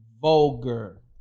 vulgar